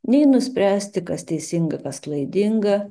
nei nuspręsti kas teisinga kas klaidinga